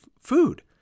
food